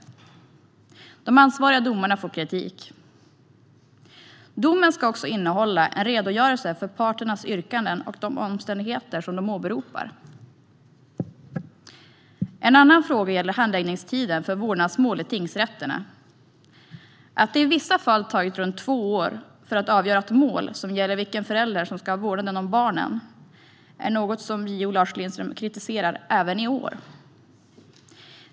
De ansvariga domarna får kritik. Domen ska också innehålla en redogörelse för parternas yrkanden och de omständigheter som de åberopar. En annan fråga gäller handläggningstiden för vårdnadsmål i tingsrätterna. Att det i vissa fall tagit runt två år att avgöra mål som gäller vilken förälder som ska ha vårdnaden om barnen är något som JO Lars Lindström, kritiserar även i år.